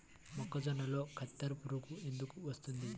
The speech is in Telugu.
మొక్కజొన్నలో కత్తెర పురుగు ఎందుకు వస్తుంది?